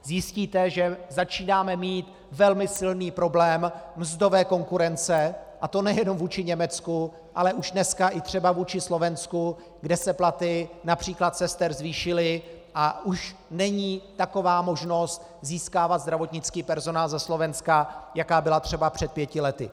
Zjistíte, že začínáme mít velmi silný problém mzdové konkurence, a to nejenom vůči Německu, ale už dneska i třeba vůči Slovensku, kde se platy například sester zvýšily, a už není taková možnost získávat zdravotnický personál ze Slovenska, jaká byla třeba před pěti lety.